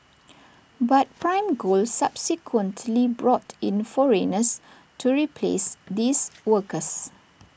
but prime gold subsequently brought in foreigners to replace these workers